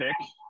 pick